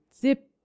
zip